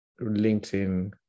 LinkedIn